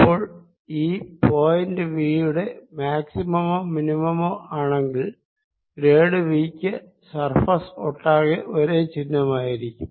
അപ്പോൾ ഈ point V യുടെ മാക്സിമമോ മിനിമമോ ആണെങ്കിൽ ഗ്രേഡ് V ക്ക് സർഫേസ് ഒട്ടാകെ ഒരേ ചിഹ്നമായിരിക്കും